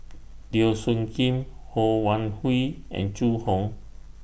Teo Soon Kim Ho Wan Hui and Zhu Hong